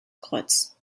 kreuz